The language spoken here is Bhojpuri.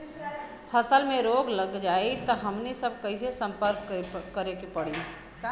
फसल में रोग लग जाई त हमनी सब कैसे संपर्क करें के पड़ी?